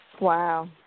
Wow